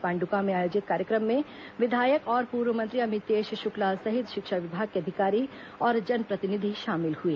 पाण्डुका में आयोजित कार्यक्रम में विधायक और पूर्व मंत्री अमितेश शुक्ला सहित शिक्षा विभाग के अधिकारी और जनप्रतिनिधि शामिल हुए